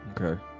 Okay